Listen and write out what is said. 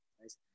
Nice